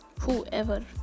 whoever